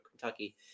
Kentucky